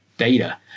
data